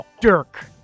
Dirk